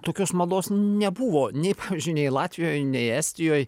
tokios mados nebuvo nei pavyzdžiui nei latvijoj nei estijoj